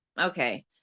okay